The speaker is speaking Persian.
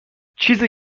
چیزی